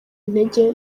intege